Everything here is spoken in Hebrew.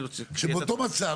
באותו מצב סיעודי.